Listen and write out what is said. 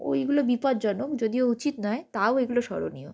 ওইগুলো বিপজ্জনক যদিও উচিত নয় তাও এগুলো স্মরণীয়